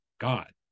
god